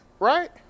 right